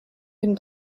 been